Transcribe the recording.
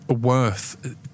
worth